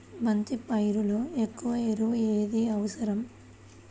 బంతి పైరులో ఎక్కువ ఎరువు ఏది అవసరం?